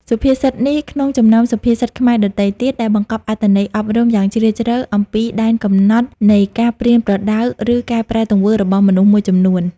សុភាពសិតនេះក្នុងចំណោមសុភាសិតខ្មែរដទៃទៀត ដែលបង្កប់អត្ថន័យអប់រំយ៉ាងជ្រាលជ្រៅអំពីដែនកំណត់នៃការប្រៀនប្រដៅ ឬកែប្រែទង្វើរបស់មនុស្សមួយចំនួន។